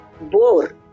boar